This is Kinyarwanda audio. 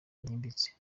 ryimbitse